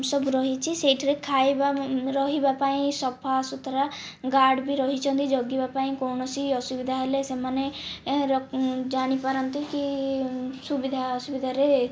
ସବୁ ରହିଛି ସେହିଠାରେ ଖାଇବା ରହିବା ପାଇଁ ସଫା ସୁତୁରା ଗାର୍ଡ଼ ବି ରହିଛନ୍ତି ଜଗିବା ପାଇଁ କୌଣସି ଅସୁବିଧା ହେଲେ ସେମାନେ ଜାଣିପାରନ୍ତି କି ସୁବିଧା ଅସୁବିଧାରେ